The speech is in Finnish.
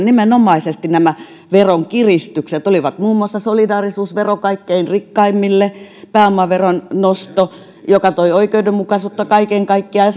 nimenomaisesti nämä veronkiristykset olivat muun muassa solidaarisuusvero kaikkein rikkaimmille pääomaveron nosto joka toi oikeudenmukaisuutta kaiken kaikkiaan ja